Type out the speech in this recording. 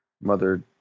Mother